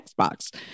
Xbox